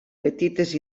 petites